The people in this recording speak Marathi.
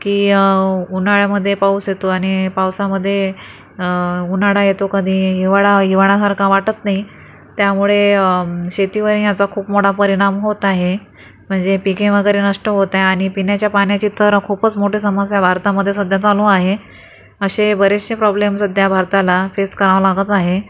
की उन्हाळ्यामधे पाऊस येतो आणि पावसामध्ये उन्हाळा येतो कधी हिवाळा हिवाळासारखा वाटत नाही त्यामुळे शेतीवरही याचा खूप मोठा परिणाम होत आहे म्हणजे पिके वगैरे नष्ट होत आहे आणि पिण्याच्या पाण्याची तर खूपच मोठी समस्या भारतामध्ये सध्या चालू आहे असे बरेचसे प्रॉब्लेम सध्या भारताला फेस करावं लागत आहे